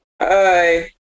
Hi